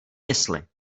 mysli